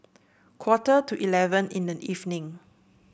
quarter to eleven in the evening